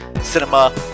Cinema